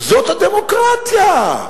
זאת הדמוקרטיה.